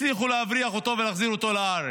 הצליחו להבריח אותו ולהחזיר אותו לארץ.